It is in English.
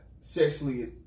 sexually